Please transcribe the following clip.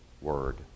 word